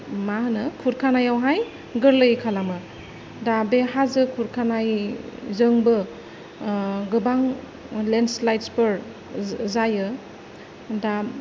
मा होनो खुरखानायावहाय गोरलै खालामो दा बे हाजो खुरखानायजोंबो गोबां लेनस्लायद्स फोर जायो दा